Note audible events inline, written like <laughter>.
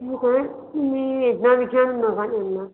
<unintelligible> तुम्ही एकदा विचारून बघा त्यांना